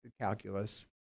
calculus